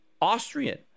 Austrian